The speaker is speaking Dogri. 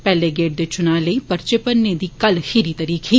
पैहले गेड़ दे चुनां लेई पर्वे मरने दी कल खीरी तरीक ही